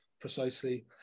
Precisely